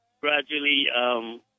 gradually